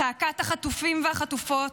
צעקת החטופים והחטופות,